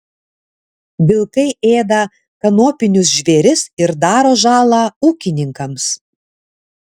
vilkai ėda kanopinius žvėris ir daro žalą ūkininkams